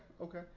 okay